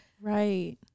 Right